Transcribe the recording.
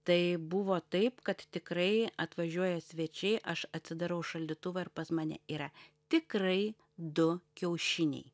tai buvo taip kad tikrai atvažiuoja svečiai aš atsidarau šaldytuvą ir pas mane yra tikrai du kiaušiniai